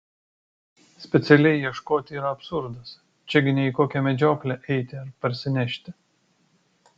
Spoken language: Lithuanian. specialiai ieškoti yra absurdas čia gi ne į kokią medžioklę eiti ir parsinešti